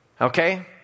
Okay